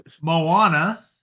moana